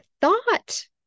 thought